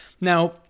Now